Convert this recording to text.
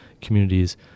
communities